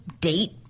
date